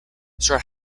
start